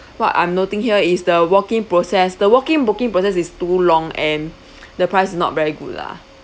what I'm noting is the walk in process the walk in booking process is too long and the price not very good lah